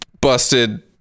busted